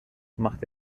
machte